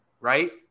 Right